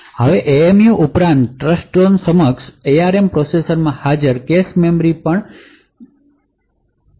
હવે એમએમયુ ઉપરાંત ટ્રસ્ટઝોન સક્ષમ એઆરએમ પ્રોસેસરમાં હાજર કેશમેમરી પણ સંશોધિત કરવામાં આવી છે